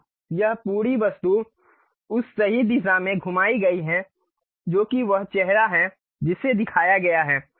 तो यह पूरी वस्तु उस सही दिशा में घुमाई गई है जो कि वह चेहरा है जिसे दिखाया गया है